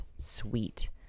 sweet